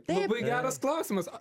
labai geras klausimas